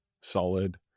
solid